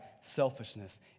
selfishness